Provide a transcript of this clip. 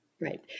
Right